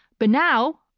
but now,